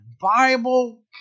bible